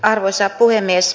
arvoisa puhemies